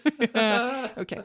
Okay